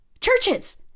churches